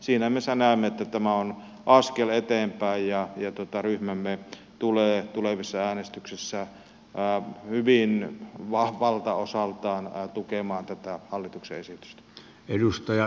siinä mielessä näemme että tämä on askel eteenpäin ja ryhmämme tulee tulevissa äänestyksissä hyvin valtaosaltaan tukemaan tätä hallituksen esitystä